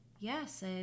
Yes